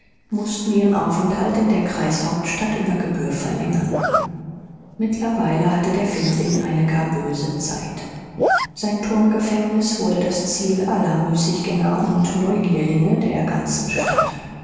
mußten ihren aufenthalt in der kreishauptstadt über gebühr verlängern mittlerweile hatte der findling eine gar böse zeit sein turmgefängnis wurde das ziel aller müßiggänger und neugierlinge der ganzen stadt